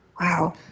Wow